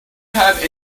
have